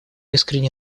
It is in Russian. искренне